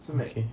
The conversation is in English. okay